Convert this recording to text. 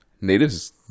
natives